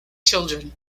children